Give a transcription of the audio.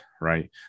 right